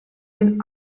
den